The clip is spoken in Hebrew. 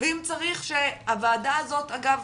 ואם צריך שהועדה הזאת אגב